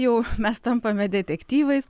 jau mes tampame detektyvais